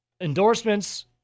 endorsements